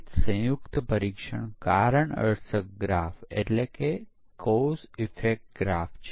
તો કેપ્ચર અને replay tool પરીક્ષણમાં કેવી રીતે મદદ કરે છે